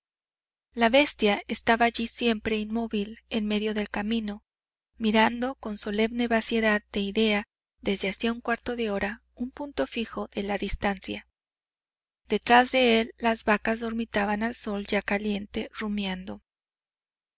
la bestia estaba allí siempre inmóvil en medio del camino mirando con solemne vaciedad de idea desde hacía un cuarto de hora un punto fijo de la distancia detrás de él las vacas dormitaban al sol ya caliente rumiando